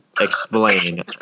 explain